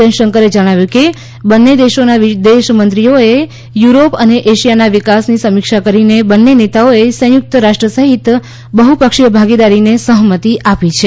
જયશંકરે જણાવ્યું કે બંન્ને દેશોના વિદેશમંત્રીઓએ યુરોપ અને એશિયાના વિકાસની સમીક્ષા કરીને બંન્ને નેતાઓએ સંયુક્ત રાષ્ટ્ર સહિત બહ્રપક્ષીય ભાગીદારીને સહમતિ આપી છે